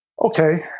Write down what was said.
Okay